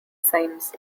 cymes